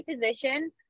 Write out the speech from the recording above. position